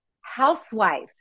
housewife